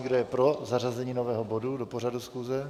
Kdo je pro zařazení nového bodu do pořadu schůze?